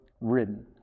ridden